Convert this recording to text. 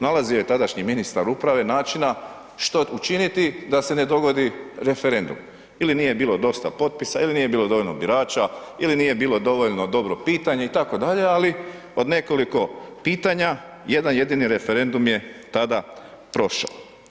Nalazio je tadašnji ministar uprave načina što učiniti da se ne dogodi referendum, ili nije bilo dosta potpisa, ili nije bilo dovoljno birača, ili nije bilo dovoljno dobro pitanje, i tako dalje, ali od nekoliko pitanja, jedan jedini referendum je tada prošao.